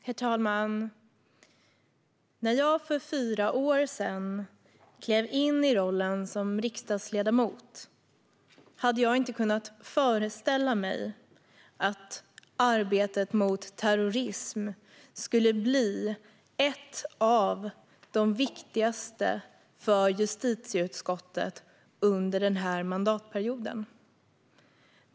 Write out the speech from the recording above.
Herr talman! När jag för fyra år sedan klev in i rollen som riksdagsledamot hade jag inte kunnat föreställa mig att arbetet mot terrorism skulle bli ett av de viktigaste för justitieutskottet under den här mandatperioden.